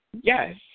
Yes